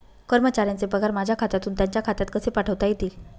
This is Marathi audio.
कर्मचाऱ्यांचे पगार माझ्या खात्यातून त्यांच्या खात्यात कसे पाठवता येतील?